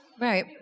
Right